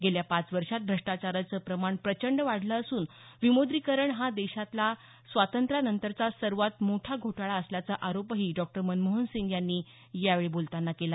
गेल्या पाच वर्षात भ्रष्टाचाराचं प्रमाण प्रचंड वाढलं असून विमुद्रीकरण हा देशातला स्वातंत्र्यानंतरचा सर्वात मोठा घोटाळा असल्याचा आरोपही डॉक्टर मनमोहनसिंग यांनी यावेळी बोलतांना केला